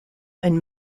and